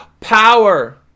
power